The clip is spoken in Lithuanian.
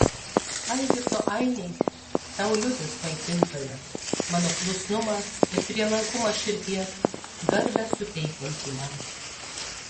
algirdo ainiai tau liudys maitintoja mano klusnumą ir prielankumą širdies garbę suteikiantį man